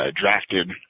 drafted